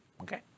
Okay